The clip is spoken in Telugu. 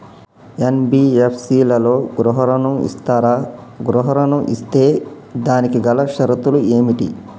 ఎన్.బి.ఎఫ్.సి లలో గృహ ఋణం ఇస్తరా? గృహ ఋణం ఇస్తే దానికి గల షరతులు ఏమిటి?